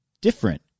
different